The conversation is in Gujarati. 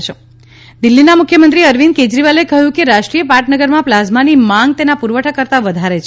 અરવિંદ પ્લાઝમા દિલ્હીના મુખ્યમંત્રી અરવિંદ કેજરીવાલે કહ્યું છે કે રાષ્ટ્રીય પાટનગરમાં પ્લાઝમાની માંગ તેના પુરવઠા કરતા વધારે છે